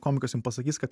komikas jum pasakys kad